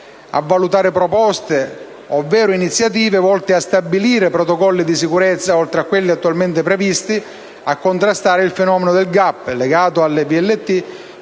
a valutare proposte ovvero iniziative volte a stabilire protocolli di sicurezza oltre a quelli attualmente previsti; 3) a contrastare il fenomeno del GAP legato alle VLT